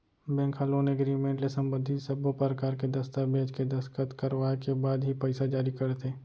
bank ह loan agreement ले संबंधित सब्बो परकार के दस्ताबेज के दस्कत करवाए के बाद ही पइसा जारी करथे